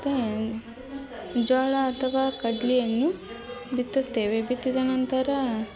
ಮತ್ತು ಜೋಳ ಅಥವಾ ಕಡ್ಲೆಯನ್ನು ಬಿತ್ತುತ್ತೇವೆ ಬಿತ್ತಿದ ನಂತರ